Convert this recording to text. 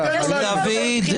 דוד.